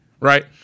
right